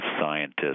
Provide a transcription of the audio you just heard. scientists